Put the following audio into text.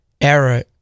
error